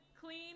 clean